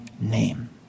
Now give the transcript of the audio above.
name